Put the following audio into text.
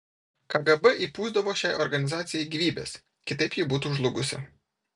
kgb įpūsdavo šiai organizacijai gyvybės kitaip ji būtų žlugusi